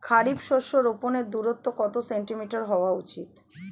খারিফ শস্য রোপনের দূরত্ব কত সেন্টিমিটার হওয়া উচিৎ?